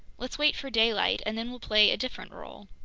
let's wait for daylight, and then we'll play a different role.